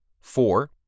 four